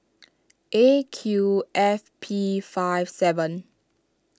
A Q F P five seven